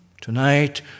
Tonight